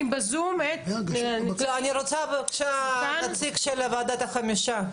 אני רוצה לשמוע נציג של ועדת החמישה.